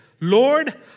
Lord